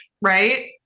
right